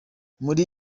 muri